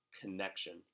connection